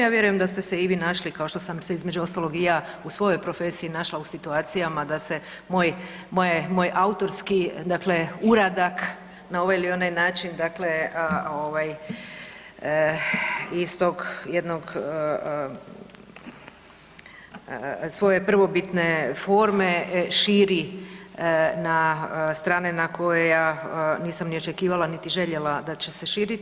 Ja vjerujem da ste se i vi našli kao što sam se između ostalog i ja u svojoj profesiji našla u situacijama da se moj autorski, dakle uradak na ovaj ili onaj način dakle iz tog jednog, svoje prvobitne forme širi na strane na koje nisam ni očekivala, niti željela da će se širiti.